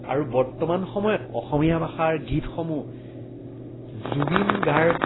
আৰু বৰ্তমান সময়ত অসমীয়া ভাষাৰ গীতসমূহ জুবিন গাৰ্গ